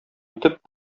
итеп